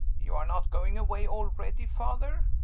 you are not going away already, father?